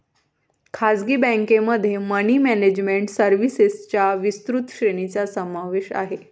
खासगी बँकेमध्ये money management सर्व्हिसेसच्या विस्तृत श्रेणीचा समावेश आहे